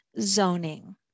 zoning